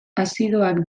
azidoak